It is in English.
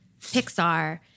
Pixar